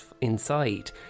inside